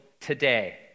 today